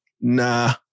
nah